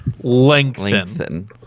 lengthen